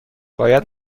باید